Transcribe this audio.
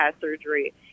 surgery